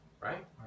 right